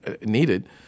needed